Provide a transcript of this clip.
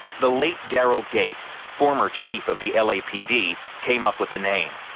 the late daryl gates, former chief of the lapd, came up with the name.